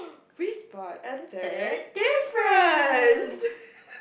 we spot a third difference